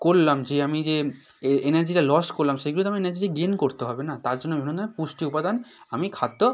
করলাম যে আমি যে এনার্জিটা লস করলাম সেইগুলো তো আমার এনার্জিটা গেন করতে হবে না তার জন্য বিভিন্ন ধরনের পুষ্টি উপাদান আমি খাদ্য